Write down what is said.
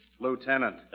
Lieutenant